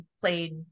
played